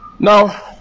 Now